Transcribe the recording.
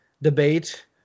debate